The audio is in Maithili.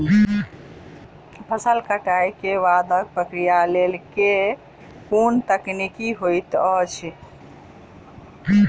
फसल कटाई केँ बादक प्रक्रिया लेल केँ कुन तकनीकी होइत अछि?